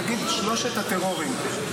תגיד שלושת הטרורים.